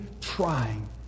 trying